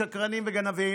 שקרנים וגנבים,